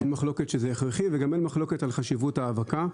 אין מחלוקת שזה הכרחי וגם אין מחלוקת על חשיבות האבקה.